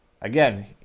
again